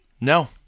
No